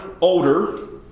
older